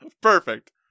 Perfect